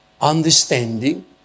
understanding